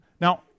Now